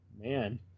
man